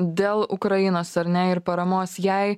dėl ukrainos ar ne ir paramos jei